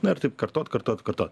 nu taip kartot kartot kartot